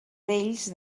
vells